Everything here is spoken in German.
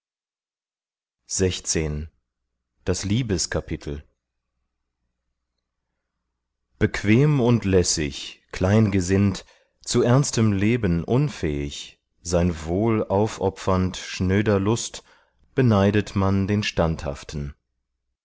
bequem und lässig kleingesinnt zu ernstem leben unfähig sein wohl aufopfernd schnöder lust beneidet man den standhaften